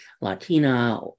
Latina